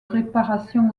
réparation